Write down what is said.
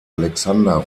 alexander